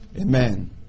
Amen